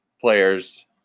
players